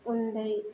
उन्दै